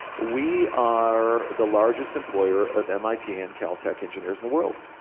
we are the largest employer of mit and cal tech engineers in the world.